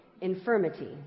infirmity